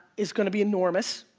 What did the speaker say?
is gonna be enormous.